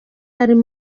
ari